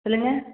சொல்லுங்கள்